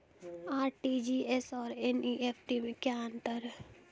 RTGS और NEFT में क्या अंतर है?